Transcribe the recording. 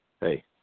hey –